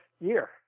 year